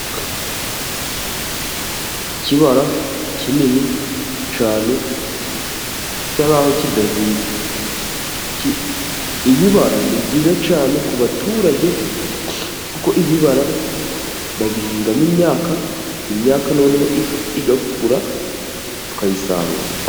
Ikibara kinini cyane gisa nk'aho kidahinze. Ibibara ni byiza cyane ku baturage kuko ibibara babihingamo imyaka, imyaka noneho igakura tukayisarura.